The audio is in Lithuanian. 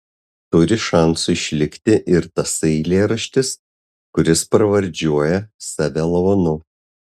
turi šansų išlikti ir tasai eilėraštis kuris pravardžiuoja save lavonu